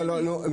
לא, לא, לא.